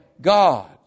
God